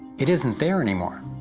it isn't there anymore!